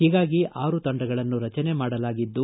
ಹೀಗಾಗಿ ಆರು ತಂಡಗಳನ್ನು ರಚನೆ ಮಾಡಲಾಗಿದ್ದು